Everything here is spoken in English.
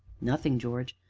nothing, george.